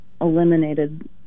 eliminated